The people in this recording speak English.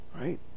right